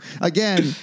Again